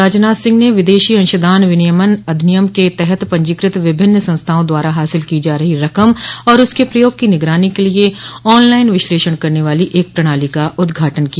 राजनाथ सिंह ने विदेशी अंशदान विनियमन अधिनियम के तहत पंजीकृत विभिन्न संस्थाओं द्वारा हासिल की जा रही रकम और उसके प्रयोग की निगरानी के लिए ऑनलाइन विश्लेषण करने वाली एक प्रणाली का उद्घाटन किया